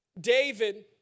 David